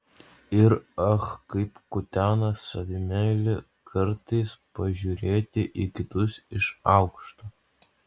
ir ach kaip kutena savimeilę kartais pažiūrėti į kitus iš aukšto